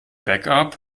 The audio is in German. backup